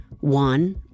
One